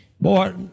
Boy